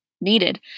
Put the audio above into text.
needed